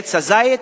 עץ זית,